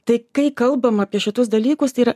tai kai kalbam apie šitus dalykus tai yra